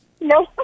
No